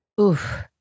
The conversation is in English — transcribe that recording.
Oof